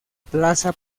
plaza